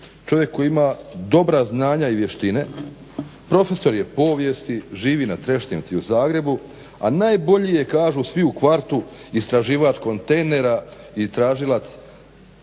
čovjek koji ima dobra znanja i vještine, prof. je povijesti, živi na Trešnjevci u Zagrebu a najbolji je kažu svi u kvartu istraživač kontejnera i tražilac